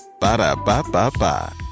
Ba-da-ba-ba-ba